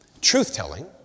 Truth-telling